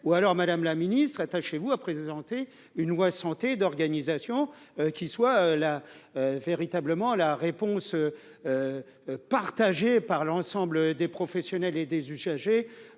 ou alors madame la ministre est chez vous, a présenté une loi santé d'organisation, qu'ils soient là véritablement la réponse partagé par l'ensemble des professionnels et des usagers